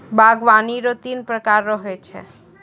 बागवानी रो तीन प्रकार रो हो छै